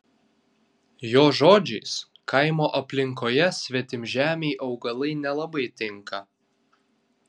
jo žodžiais kaimo aplinkoje svetimžemiai augalai nelabai tinka